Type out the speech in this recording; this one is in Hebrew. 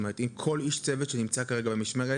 כל איש צוות שנמצא במשמרת,